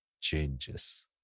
changes